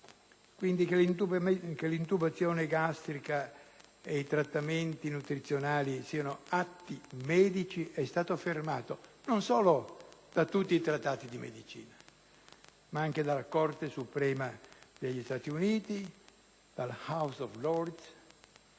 Che l'intubazione gastrica e i trattamenti nutrizionali siano atti medici é stato affermato non solo da tutti i trattati di medicina, ma anche dalla Corte suprema degli Stati Uniti, dalla House of Lords